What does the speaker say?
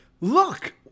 Look